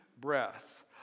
breath